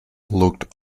looked